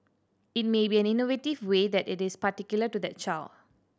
it may be an innovative way that is particular to that child